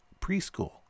Preschool